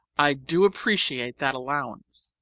i do appreciate that allowance.